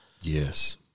Yes